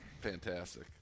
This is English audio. fantastic